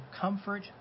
comfort